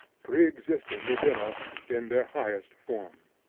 preexisting within us in their highest form.